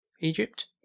Egypt